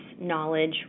knowledge